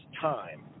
time